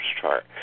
chart